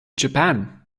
japan